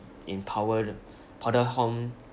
in power